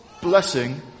blessing